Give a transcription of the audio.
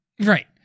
Right